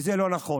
וזה לא נכון.